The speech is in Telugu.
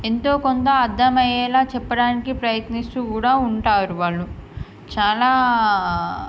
ఎంతోకొంత అర్థమయ్యేలా చెప్పడానికి ప్రయత్నిస్తూ కూడా ఉంటారు వాళ్ళు చాలా